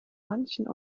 manchen